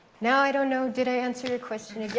now, i don't know. did i answer your question